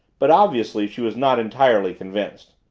but obviously she was not entirely convinced.